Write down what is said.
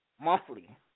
monthly